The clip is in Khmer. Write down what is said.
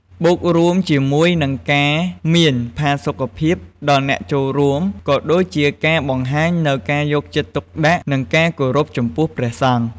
បូករួមជាមួយនិងការមានផាសុខភាពដល់អ្នកចូលរួម ក៏ដូចជាការបង្ហាញនូវការយកចិត្តទុកដាក់ និងការគោរពចំពោះព្រះសង្ឃ។